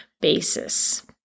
basis